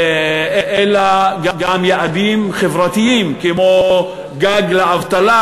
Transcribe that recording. אלא גם יעדים חברתיים כמו גג לאבטלה,